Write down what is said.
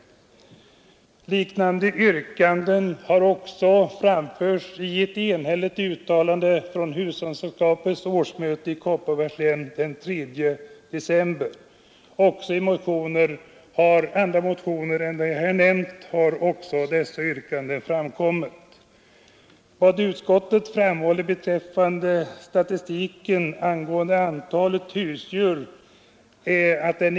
Liknande yrkanden har också framförts i ett enhälligt uttalande vid Hushållningssällskapets årsmöte i Kopparbergs län den 3 december. Också i andra motioner har dessa yrkanden framförts. Utskottet framhåller att statistiken för antalet husdjur är inaktuell.